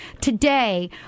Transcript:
Today